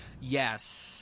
Yes